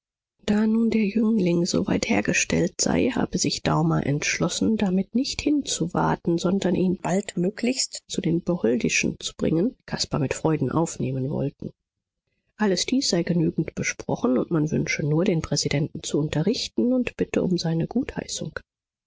da nun der jüngling soweit hergestellt sei habe sich daumer entschlossen damit nicht hinzuwarten sondern ihn baldmöglichst zu den beholdischen zu bringen die caspar mit freuden aufnehmen wollten alles dies sei genügend besprochen und man wünsche nur den präsidenten zu unterrichten und bitte um seine gutheißung